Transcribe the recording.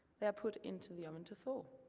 they are put into the oven to thaw.